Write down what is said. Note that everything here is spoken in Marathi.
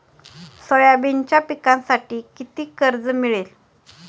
सोयाबीनच्या पिकांसाठी किती कर्ज मिळेल?